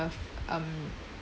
um